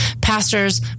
pastors